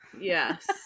yes